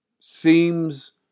seems